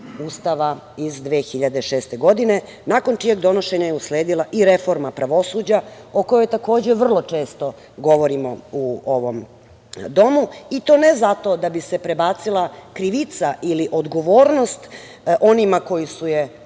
Ustava iz 2006. godine, nakon čijeg donošenja je usledila i reforma pravosuđa, o kojoj takođe vrlo često govorimo u ovom domu, i to ne zato da bi se prebacila krivica ili odgovornost onima koji su je